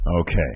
Okay